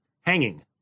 hanging